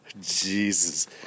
Jesus